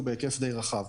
הוצעו בהיקף די רחב.